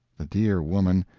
the dear woman,